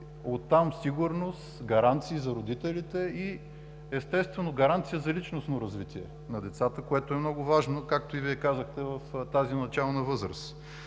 оттам сигурност, гаранциите за родителите и естествено гаранция за личностно развитие на децата, което е много важно, както и Вие казахте, в тази начална възраст.